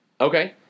Okay